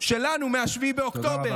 שלנו מ-7 באוקטובר.